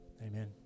Amen